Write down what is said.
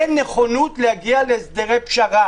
אין נכונות להגיע להסדרי פשרה.